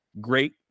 Great